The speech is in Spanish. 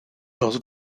los